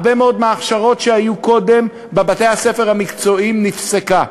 הרבה מאוד מההכשרות שהיו קודם בבתי-הספר המקצועיים נפסקו.